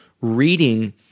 reading